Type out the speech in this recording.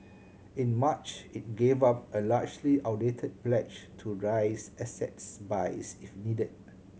in March it gave up a largely outdated pledge to raise asset buys if needed